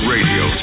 Radio